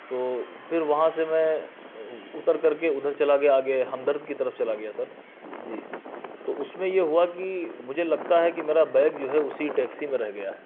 تو پھر وہاں سے میں اتر کر کے ادھر چلا گیا آگے ہمدرد کی طرف چلا گیا سر جی تو اس میں یہ ہوا کہ مجھے لگتا ہے کہ میرا بیگ جو ہے اسی ٹیکسی میں رہ گیا ہے